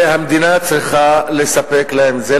והמדינה צריכה לספק להם את זה.